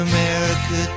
America